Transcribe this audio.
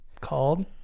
Called